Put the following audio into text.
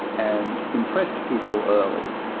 and impressed people early.